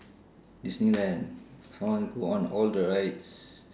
disneyland I want go on all the rides